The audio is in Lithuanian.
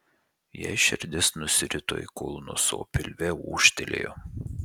jai širdis nusirito į kulnus o pilve ūžtelėjo